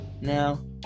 Now